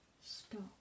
stop